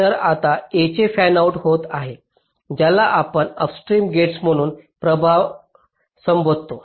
तर आता A चे फॅनआउट होत आहे ज्याला आपण अपस्ट्रीम गेट्स म्हणून संबोधतो